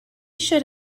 should